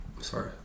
Sorry